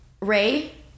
ray